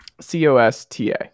c-o-s-t-a